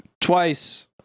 twice